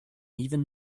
even